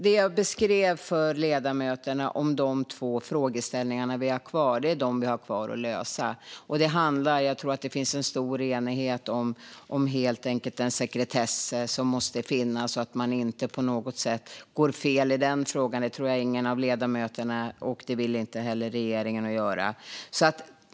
Som jag beskrev för ledamöterna finns det två frågeställningar kvar att lösa. Jag tror att det finns en stor enighet om den sekretess som måste finnas, så att man inte på något sätt går fel i den frågan. Det tror jag inte att någon av ledamöterna vill, och det vill inte heller regeringen.